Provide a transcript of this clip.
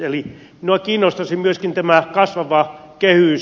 eli minua kiinnostaisi myöskin tämä kasvava kehys